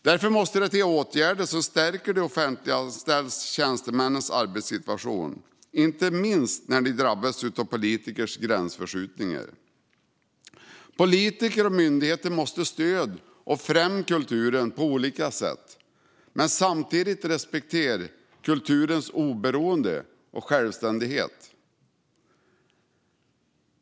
Det måste till åtgärder som stärker de offentliganställda tjänstemännens arbetssituation, inte minst när de drabbas av politikers gränsförskjutningar. Politiker och myndigheter måste stödja och främja kulturen på olika sätt men samtidigt respektera kulturens oberoende och självständighet.